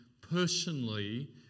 personally